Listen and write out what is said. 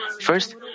First